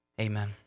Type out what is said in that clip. Amen